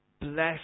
bless